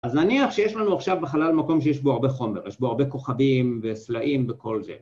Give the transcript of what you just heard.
אז נניח שיש לנו עכשיו בחלל מקום שיש בו הרבה חומר, יש בו הרבה כוכבים וסלעים וכל זה.